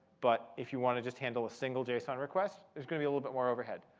but if you want to just handle a single json request, there's going to be a little bit more overhead.